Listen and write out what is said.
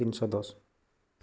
ତିନିଶହ ଦଶ